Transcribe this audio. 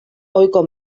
ohiko